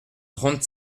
trente